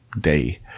day